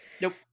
Nope